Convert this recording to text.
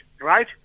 right